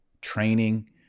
training